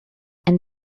and